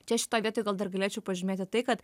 čia šitoj vietoj gal dar galėčiau pažymėti tai kad